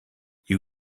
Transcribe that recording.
you